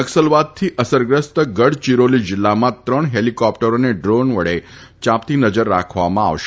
નકસલવાદથી અસરગ્રસ્ત ગડચિરોલી જિલ્લામાં ત્રણ હેલિકોપ્ટરો તથા ડ્રોન વડે યાંપતી નજર રાખવામાં આવશે